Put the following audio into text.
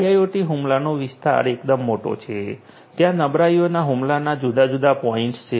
IIoT હુમલાનો વિસ્તાર એકદમ મોટો છે ત્યાં નબળાઈના હુમલાના જુદા જુદા પોઇન્ટ છે